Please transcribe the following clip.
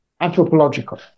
anthropological